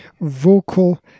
vocal